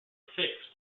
fixed